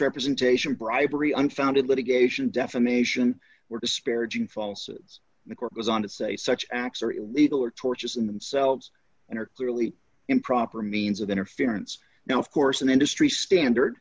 misrepresentation bribery unfounded litigation defamation or disparaging falsus in the court goes on to say such acts are illegal or torches in themselves and are clearly improper means of interference now of course an industry standard